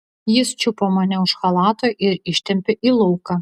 jis čiupo mane už chalato ir ištempė į lauką